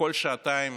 כל שעתיים